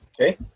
Okay